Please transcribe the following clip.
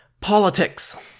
Politics